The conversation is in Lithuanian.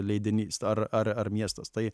leidinys ar ar ar miestas tai